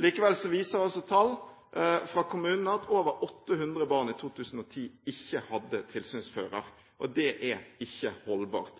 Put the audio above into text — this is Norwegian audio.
Likevel viser tall fra kommunene at over 800 barn i 2010 ikke hadde tilsynsfører. Det er ikke holdbart.